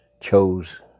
chose